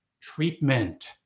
treatment